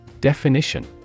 Definition